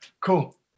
cool